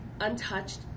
untouched